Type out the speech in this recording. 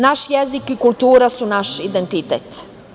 Naš jezik i kultura su naš identitet.